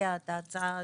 שהציעה את ההצעה הזו.